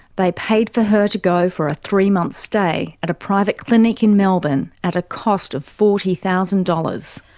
they paid for her to go for a three-month stay at a private clinic in melbourne at a cost of forty thousand dollars.